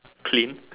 clean